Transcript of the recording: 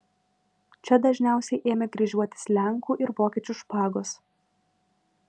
čia dažniausiai ėmė kryžiuotis lenkų ir vokiečių špagos